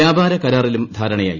വ്യാപാര കരാറിലും ധാരണയായി